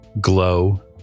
Glow